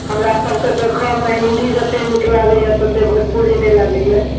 हमरा सबके देखऽमे हिन्दी जते नीक लागैया तते भोजपुरी नहि लागैया